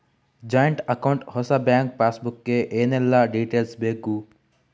Joint account ಹೊಸ bank passbook ಗೆ ಏನೆಲ್ಲ ಡೀಟೇಲ್ಸ್ ಬೇಕು?